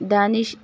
دانش